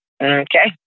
Okay